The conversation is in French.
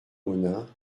monin